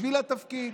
בשביל התפקיד,